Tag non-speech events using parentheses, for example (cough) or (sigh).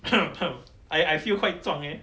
(coughs) I I feel quite 壮 leh